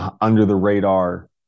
Under-the-radar